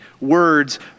words